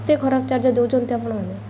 ଏତେ ଖରାପ ଚାର୍ଜ ଦେଉଛନ୍ତି ଆପଣ ମାନେ